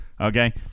Okay